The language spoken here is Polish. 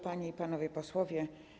Panie i Panowie Posłowie!